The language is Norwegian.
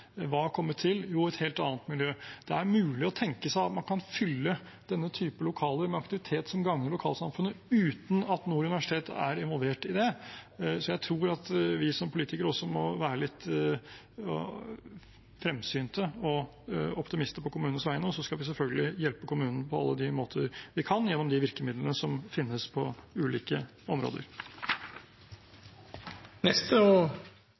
Hva har kommet til? Jo, et helt annet miljø. Det er mulig å tenke seg at man kan fylle denne type lokaler med aktivitet som gagner lokalsamfunnet uten at Nord universitet er involvert i det. Jeg tror at vi som politikere også må være litt fremsynte og optimistiske på kommunenes vegne. Så skal vi selvfølgelig hjelpe kommunen på alle de måter vi kan gjennom de virkemidlene som finnes på ulike områder.